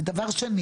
דבר שני